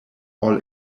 all